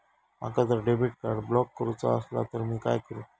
माका जर debit card block करूचा असला तर मी काय करू?